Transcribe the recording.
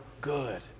good